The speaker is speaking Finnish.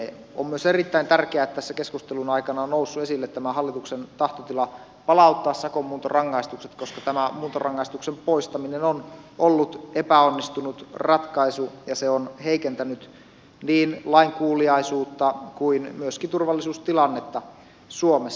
on myös erittäin tärkeää että tässä keskustelun aikana on noussut esille tämä hallituksen tahtotila palauttaa sakon muuntorangaistukset koska tämä muuntorangaistuksen poistaminen on ollut epäonnistunut ratkaisu ja se on heikentänyt niin lainkuuliaisuutta kuin myöskin turvallisuustilannetta suomessa